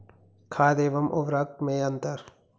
खाद एवं उर्वरक में अंतर?